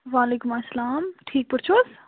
وَعلیکُم اسَلام ٹھیٖک پٲٹھۍ چھُو حظ